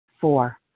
Four